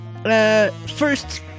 First